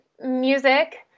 music